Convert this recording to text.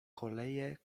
koleje